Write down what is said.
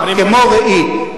כמו ראי.